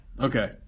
Okay